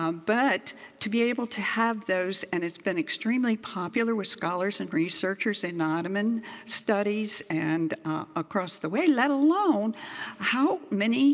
ah but to be able to have those and it's been extremely popular with scholars and researchers in ottoman studies and across the way, let alone how many